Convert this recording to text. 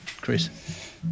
Chris